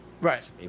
Right